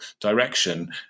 direction